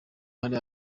hari